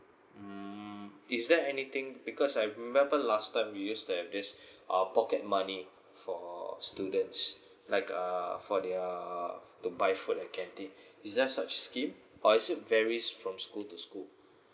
mm is there anything because I remember last time we used to have this uh pocket money for students like uh for their uh to buy food at canteen is there such scheme or is it varies from school to school